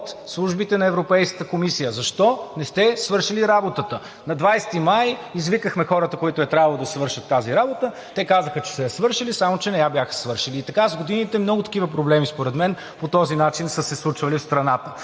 от службите на Европейската комисия: защо не сте свършили работата? На 20 май извикахме хората, които е трябвало да свършат тази работа, те казаха, че са я свършили, само че не я бяха свършили. И така с годините много такива проблеми според мен по този начин са се случвали в страната.